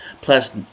plus